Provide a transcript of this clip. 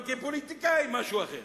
אבל כפוליטיקאי משהו אחר.